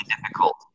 difficult